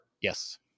Yes